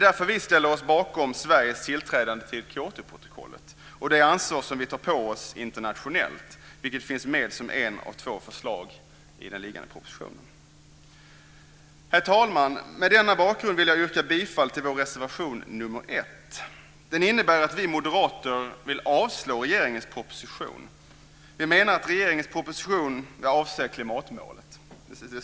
Därför ställer vi oss bakom Sveriges tillträdande till Kyotoprotokollet och det ansvar som det innebär att vi tar på oss internationellt. Det finns med som ett av två förslag i propositionen. Herr talman! Mot denna bakgrund vill jag yrka bifall till vår reservation nr 1. Den innebär att vi moderater vill att riksdagen avslår regeringens proposition.